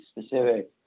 specific